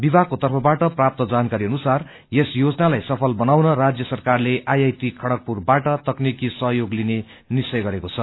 विभागको तर्फबाट प्राप्त जानाकारी अनुसार यस योजनालाई सफल बनाउन राज्य सरकारले आइआई टि खड्गपुर बाट तकनीकि सहयोग लिने निश्चय गरेको छ